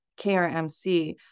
KRMC